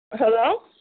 Hello